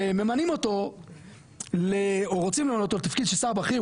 וממנים אותו או רוצים למנות אותו לתפקיד של שר בכיר,